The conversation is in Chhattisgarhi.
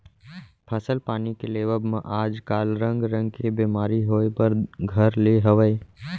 फसल पानी के लेवब म आज काल रंग रंग के बेमारी होय बर घर ले हवय